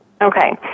Okay